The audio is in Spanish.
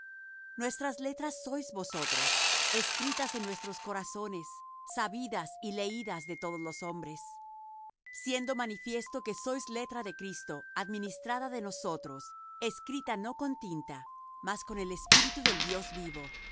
nuestras letras sois vosotros escritas en nuestros corazones sabidas y leídas de todos los hombres siendo manifiesto que sois letra de cristo administrada de nosotros escrita no con tinta mas con el espíritu del dios vivo